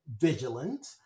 vigilant